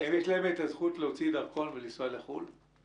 אבל יש להם את הזכות להוציא דרכון ולנסוע לחו"ל?